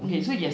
mm